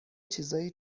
چیزایی